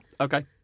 Okay